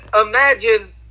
imagine